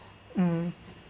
um